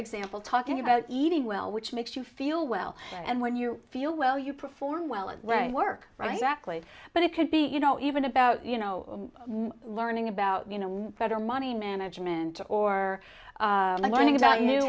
example talking about eating well which makes you feel well and when you feel well you perform well and work right actually but it could be you know even about you know learning about you know better money management or learning about